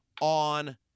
on